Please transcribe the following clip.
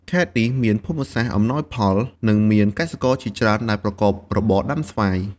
ខេត្តនេះមានភូមិសាស្ត្រអំណោយផល និងមានកសិករជាច្រើនដែលប្រកបរបរដាំស្វាយ។